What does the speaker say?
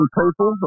people